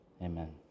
amen